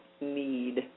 need